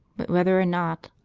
but whether or not,